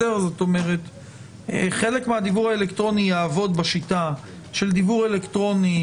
כלומר חלק מהדיוור האלקטרוני יעבוד בשיטה של דיוור אלקטרוני